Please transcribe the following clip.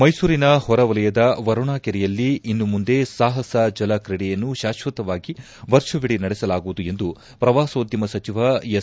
ಮೈಸೂರಿನ ಹೊರ ವಲಯದ ವರುಣಾ ಕೆರೆಯಲ್ಲಿ ಇನ್ನು ಮುಂದೆ ಸಾಹಸ ಜಲ ಕ್ರೀಡೆಯನ್ನು ಶಾಶ್ವಕವಾಗಿ ವರ್ಷವಿಡಿ ನಡೆಸಲಾಗುವುದು ಎಂದು ಪ್ರವಾಸೋದ್ಯಮ ಸಚಿವ ಎಸ್